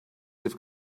have